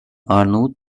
arnavut